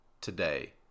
today